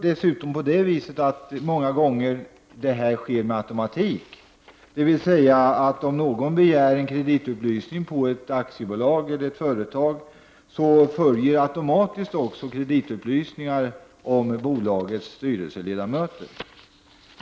Dessutom sker detta många gånger med automatik, dvs. om någon begär en kreditupplysning på ett aktiebolag eller ett företag följer automatiskt kreditupplysning om bolagets styrelseledamöter.